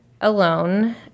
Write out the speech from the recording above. alone